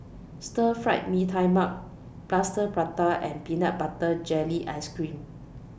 Stir Fried Mee Tai Mak Plaster Prata and Peanut Butter Jelly Ice Cream